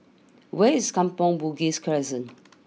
where is Kampong Bugis Crescent